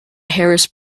harris